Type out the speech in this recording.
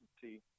see